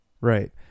Right